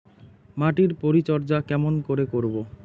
মাটির পরিচর্যা কেমন করে করব?